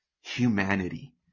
humanity